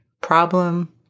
problem